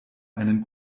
einen